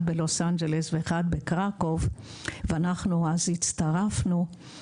אחד בלוס אנג׳לס ואחד בקראקוב ואנחנו הצטרפנו אחר כך,